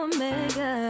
Omega